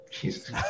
Jesus